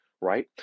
right